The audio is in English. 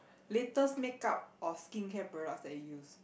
latest makeup or skincare product that you use